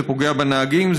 זה פוגע בנהגים,